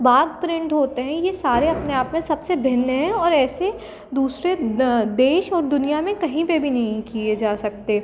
बाघ प्रिंट होते हैं ये सारे अपने आप में सब से भिन्न हैं और ऐसे दूसरे देश और दुनिया में कहीं पर भी नी किए जा सकते